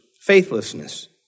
faithlessness